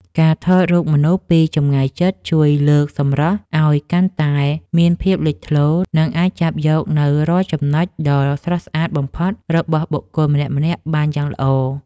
ការថតរូបមនុស្សពីចម្ងាយជិតជួយលើកសម្រស់ឱ្យកាន់តែមានភាពលេចធ្លោ និង អាចចាប់យកនូវរាល់ចំណុចដ៏ស្រស់ស្អាតបំផុតរបស់បុគ្គលម្នាក់ៗបានយ៉ាងល្អ។